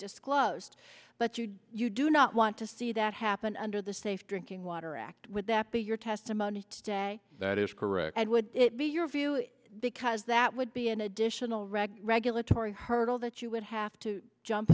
disclosed but you do you do not want to see that happen under the safe drinking water act would that be your testimony today that is correct and would be your view because that would be an additional red regulatory hurdle that you would have to jump